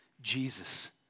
Jesus